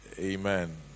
Amen